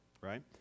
right